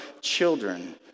children